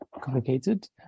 complicated